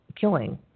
killing